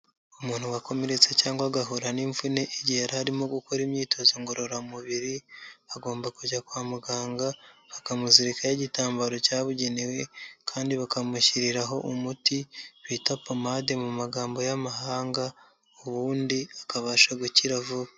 Umuntu wakomeretse cyangwa agahura n'imvune, igihe yari arimo gukora imyitozo ngororamubiri, agomba kujya kwa muganga, bakamuzirikaho igitambaro cyabugenewe kandi bakamushyiriraho umuti bita pomade mu magambo y'amahanga, ubundi akabasha gukira vuba.